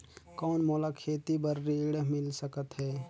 कौन मोला खेती बर ऋण मिल सकत है?